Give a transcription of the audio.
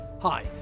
Hi